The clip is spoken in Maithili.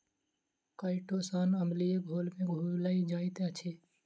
काइटोसान अम्लीय घोल में घुइल जाइत अछि